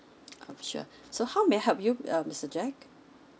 um sure so how may I help you uh mister jack